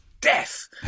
death